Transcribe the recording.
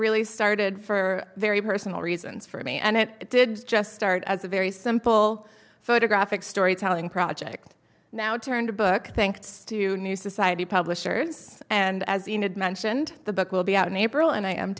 really started for very personal reasons for me and it did just start as a very simple photographic storytelling project now turned book thanked to new society publishers and as you know mentioned the book will be out in april and i am